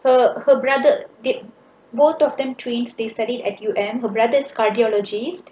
her her brother did both of them trained they studied at U M her brother is cardiologist